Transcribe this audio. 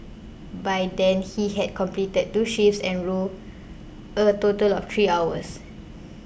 by then he had completed two shifts and rowed a total of three hours